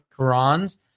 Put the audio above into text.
Qurans